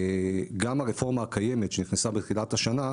גם הרפורמה הקיימת שנכנסה בתחילת השנה,